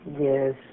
Yes